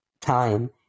time